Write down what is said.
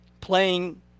playing